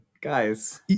Guys